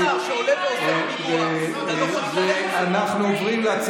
כשיש לך שר שעולה ועושה --- אתה לא יכול להתנתק מזה.